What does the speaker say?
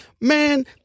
man